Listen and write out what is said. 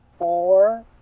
Four